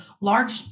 large